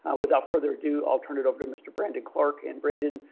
ah without further ado i'll turn it over to mr. brandon clark, and brandon,